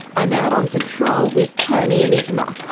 i'm out on patrol with tony and ituma.